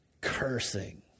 cursing